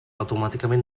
automàticament